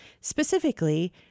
specifically